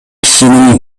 кишинин